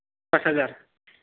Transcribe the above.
pass हाजार